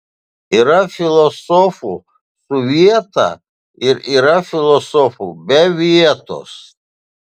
yra filosofų su vieta ir yra filosofų be vietos